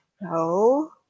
no